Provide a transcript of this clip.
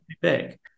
big